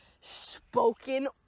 spoken